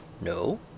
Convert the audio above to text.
No